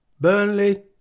Burnley